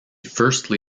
firstly